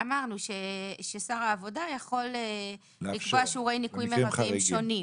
אמרנו ששר העבודה יכול לקבוע שיעורי ניכוי מרביים שונים.